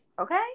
okay